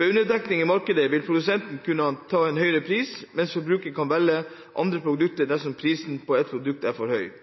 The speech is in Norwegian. Ved underdekning i markedet vil produsenten kunne ta en høyere pris, mens forbrukeren kan velge andre produkter dersom prisen på et produkt er for høy.